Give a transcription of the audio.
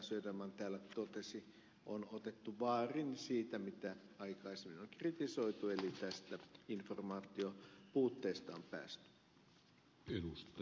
söderman täällä totesi otettu vaarin siitä mitä aikaisemmin on kritisoitu eli tästä informaatiopuutteesta on päästy